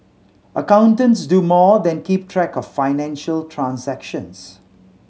accountants do more than keep track of financial transactions